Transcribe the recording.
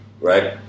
right